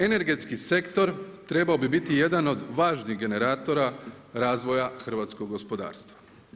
Energetski sektor trebao bi biti jedan od važnijih generatora razvoja hrvatskog gospodarstva.